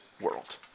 world